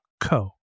co